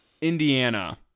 Indiana